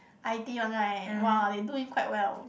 I_T one right !wah! they doing quite well